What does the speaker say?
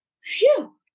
phew